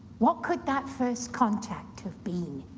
what could that first contact have been?